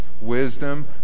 wisdom